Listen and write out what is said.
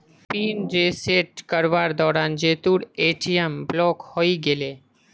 pin reset करवार दौरान जीतूर ए.टी.एम ब्लॉक हइ गेले